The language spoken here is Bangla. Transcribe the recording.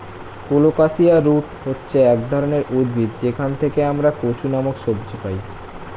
কোলোকাসিয়া রুট হচ্ছে এক ধরনের উদ্ভিদ যেখান থেকে আমরা কচু নামক সবজি পাই